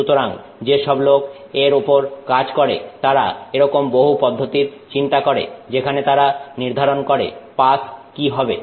সুতরাং যে সব লোক এর উপর কাজ করে তারা এরকম বহু পদ্ধতির চিন্তা করে যেখানে তারা নির্ধারণ করে পাস কি হবে